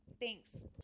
Thanks